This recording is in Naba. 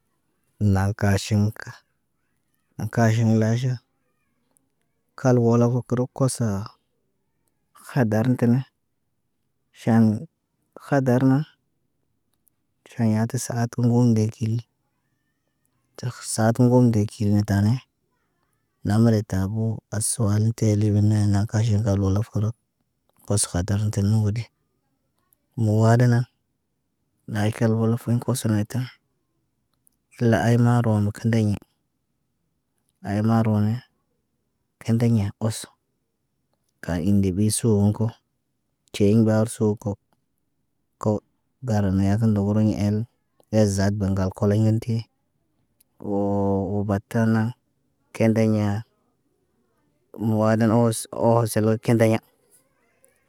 Nal kaaʃiŋg ka kaaʃiŋg laaʃə kalwalofo kəro kosa khadar tene ʃan khadar na ʃaan yaa tə saat tə ŋgo dee kil; Təkh saat goŋg dee kil ya tane namare taboo as- suwal tele min neena kaʃiŋg ŋgal walof kolo; Kos kadam tə nuudi. Muwaadana, naykel wolof kiɲ koso nay ti. Ila ay roon kəndaɲe, ay ma roone kendeɲa oso. Ka in deb ge sooŋg ko ceeyin ba suwoko. Kow garən ne yaatə ndogoro ɲe el; El zaad ba ŋgal koloɲen ti. Woo batan na kendeɲa, muwadana oos oos selo kendeɲa.